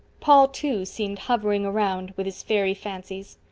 paul, too, seemed hovering around, with his fairy fancies.